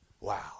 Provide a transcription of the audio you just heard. Wow